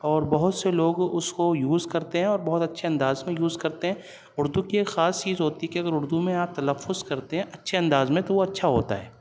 اور بہت سے لوگ اس کو یوز کرتے ہیں اور بہت اچھے انداز میں یوز کرتے ہیں اردو کی ایک خاص چیز ہوتی کہ اگر اردو میں آپ تلفظ کرتے ہیں اچھے انداز میں تو وہ اچھا ہوتا ہے